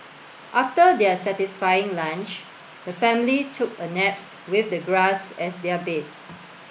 after their satisfying lunch the family took a nap with the grass as their bed